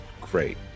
great